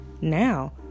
now